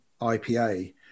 IPA